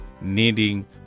Needing